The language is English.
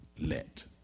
let